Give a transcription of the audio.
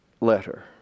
letter